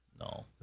No